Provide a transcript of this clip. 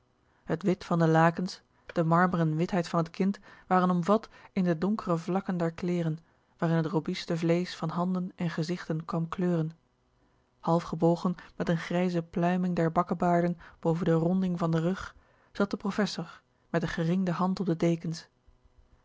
het wit van de lakens de marmeren witheid van het kind waren omvat in de donkere vlakken der kleeren waarin het robuste vleesch van handen en gezichten kwam kleuren half gebogen met een grijze pluiming der bakkebaarden boven de ronding van den rug zat de professor met een geringde hand op de dekens